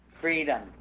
Freedom